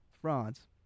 France